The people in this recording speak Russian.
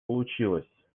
получилось